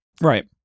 Right